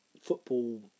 football